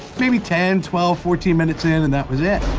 maybe ten, twelve, fourteen minutes in and that was it